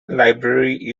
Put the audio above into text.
library